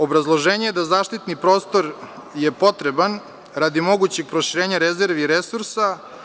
Obrazloženje je da zaštitni prostor je potreban radi mogućeg proširenja rezervi i resursa.